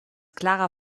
klarer